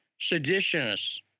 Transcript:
seditionists